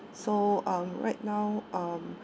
so um right now um